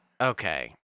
Okay